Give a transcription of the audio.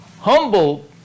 humble